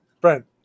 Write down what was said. brent